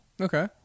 okay